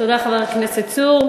תודה לחבר הכנסת צור.